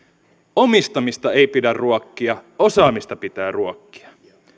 omistamista ei pidä ruokkia osaamista pitää ruokkia